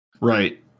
right